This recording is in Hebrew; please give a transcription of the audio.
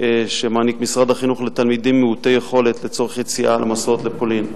שמעניק משרד החינוך לתלמידים מעוטי יכולת לצורך יציאה למסעות לפולין,